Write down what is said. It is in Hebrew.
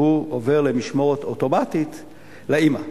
שהוא עובר למשמורת אוטומטית לאמא.